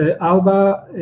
ALBA